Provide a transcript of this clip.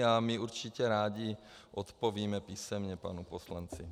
My určitě rádi odpovíme písemně panu poslanci.